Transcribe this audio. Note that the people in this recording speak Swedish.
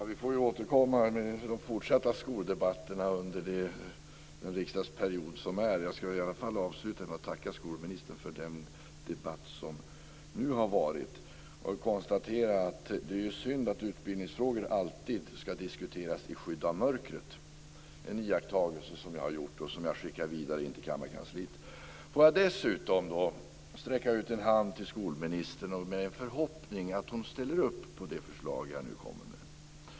Fru talman! Vi får återkomma med de fortsatta skoldebatterna under den riksdagsperiod som är. Jag ska i varje fall avsluta med att tacka skolministern för den debatt som nu har varit. Det är synd att utbildningsfrågor alltid ska diskuteras i skydd av mörkret. Det är en iakttagelse som jag har gjort och som jag skickar vidare till kammarkansliet. Får jag dessutom sträcka ut en hand till skolministern med en förhoppning att hon ställer upp på det förslag jag nu kommer med.